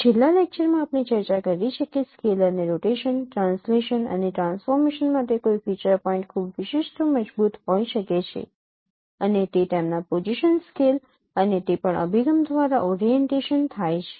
છેલ્લા લેક્ચર માં આપણે ચર્ચા કરી છે કે સ્કેલ અને રોટેશન ટ્રાન્સલેશન અને ટ્રાન્સફોર્મેશન માટે કોઈ ફીચર પોઈન્ટ ખૂબ વિશિષ્ટ મજબૂત હોઈ શકે છે અને તે તેમના પોઝિશન સ્કેલ અને તે પણ અભિગમ દ્વારા ઓરીએન્ટેશન થાય છે